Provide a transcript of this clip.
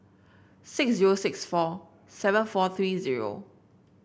six zero six four seven four three zero